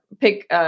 pick